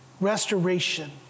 restoration